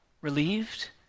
relieved